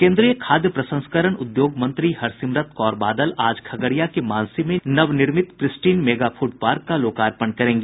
केन्द्रीय खाद्य प्रसंस्करण उद्योग मंत्री हरसिमरत कौर बादल आज खगड़िया के मानसी में नवनिर्मित प्रिस्टीन मेगा फूड पार्क का लोकार्पण करेंगी